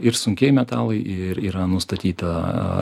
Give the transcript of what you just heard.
ir sunkieji metalai ir yra nustatyta